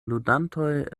ludantoj